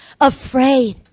afraid